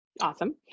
Awesome